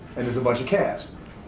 and there's a bunch of calves.